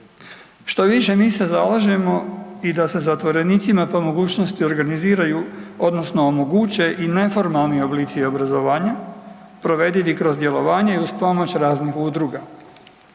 Štoviše mi se zalažemo i da se zatvorenici ako je mogućnosti organiziraju odnosno omoguće i neformalni oblici obrazovanja provedivi kroz djelovanje i uz pomoć raznih udruga.